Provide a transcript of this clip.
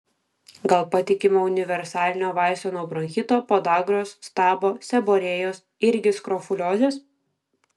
gal patikimo universalinio vaisto nuo bronchito podagros stabo seborėjos irgi skrofuliozės